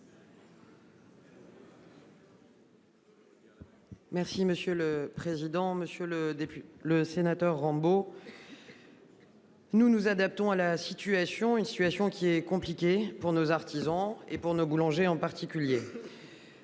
Merci monsieur le président, Monsieur le début le sénateur Rambo.-- Nous nous adaptons à la situation, une situation qui est compliqué pour nos artisans et pour nos boulangers en particulier.